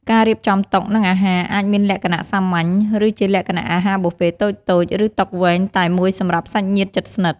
ការរៀបចំតុ និងអាហារអាចមានលក្ខណៈសាមញ្ញ ឬជាលក្ខណៈអាហារប៊ូហ្វេតូចៗ ឬតុវែងតែមួយសម្រាប់សាច់ញាតិជិតស្និទ្ធ។